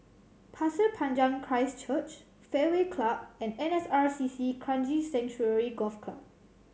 Pasir Panjang Christ Church Fairway Club and N S R C C Kranji Sanctuary Golf Club